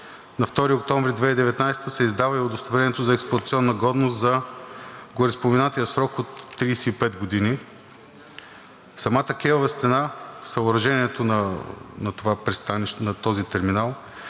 На 2 октомври 2019 г. се издава и удостоверението за експлоатационна годност за гореспоменатия срок от 35 години. Самата кейова стена – съоръжението на този терминал,